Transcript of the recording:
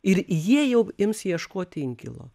ir jie jau ims ieškoti inkilo